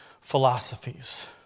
philosophies